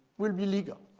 will be legal.